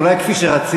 אולי כפי שרצית.